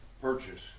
purchase